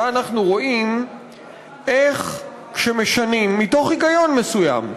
אנחנו רואים איך כשמשנים מתוך היגיון מסוים,